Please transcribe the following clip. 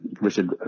Richard